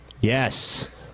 Yes